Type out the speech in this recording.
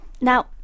Now